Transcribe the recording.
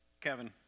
Kevin